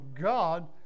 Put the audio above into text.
God